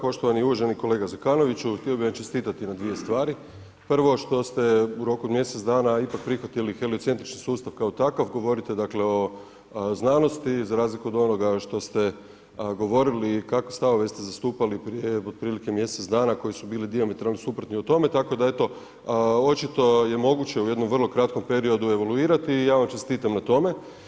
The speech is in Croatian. Poštovani i uvaženi kolega Zekanoviću, htio bih vam čestitati na dvije stvari, prvo što ste u roku od mjesec dana ipak prihvatili helicentrični sustav kao takav, govorite dakle o znanosti za razliku od onoga što ste govorili i kakve stavove ste zastupali prije otprilike mjesec dana koji su bili dijametralno suprotni u tome, tako da eto očito je moguće u jednom vrlo kratkom periodu evoluirati i ja vam čestitam na tome.